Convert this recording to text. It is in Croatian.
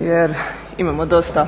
jer imamo dosta